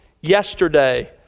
yesterday